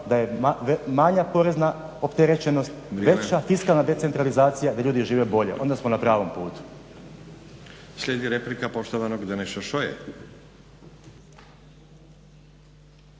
da je manja porezna opterećenost, veća fiskalna decentralizacija gdje ljudi žive bolje, onda smo na pravom putu. **Stazić, Nenad (SDP)** Slijedi replika poštovanog Deneša Šoje.